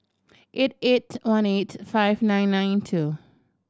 eight eight one eight five nine nine two